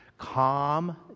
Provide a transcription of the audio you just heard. calm